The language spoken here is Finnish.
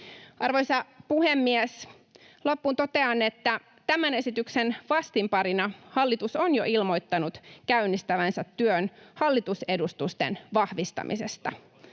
Arvoisa puhemies! Loppuun totean, että tämän esityksen vastinparina hallitus on jo ilmoittanut käynnistävänsä työn hallitusedustusten vahvistamisesta.